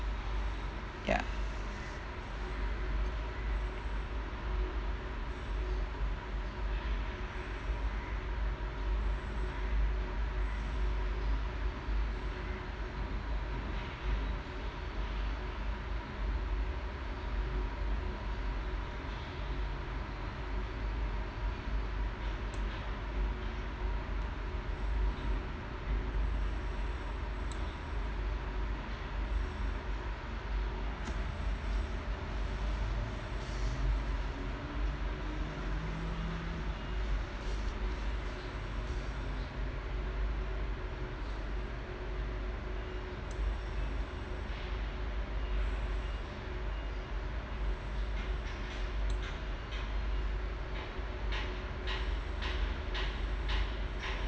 ya